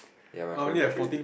ya my phone battery